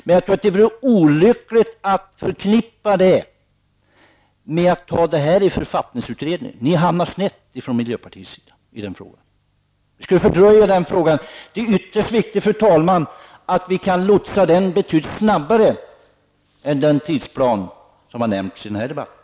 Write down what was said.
Men det vore olyckligt att förknippa detta med författningsutredningen. Då hamnar miljöpartiet snett i den här frågan. Det skulle fördröja en störning. Det är ytterst viktigt att vi kan lotsa igenom den snabbare än den tidsplan som nämnts i debatten.